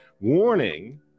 warning